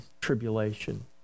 tribulation